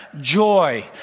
Joy